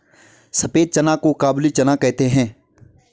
सफेद चना को काबुली चना कहते हैं